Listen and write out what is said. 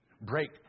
break